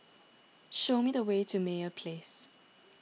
show me the way to Meyer Place